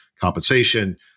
compensation